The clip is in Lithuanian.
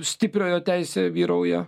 stipriojo teisė vyrauja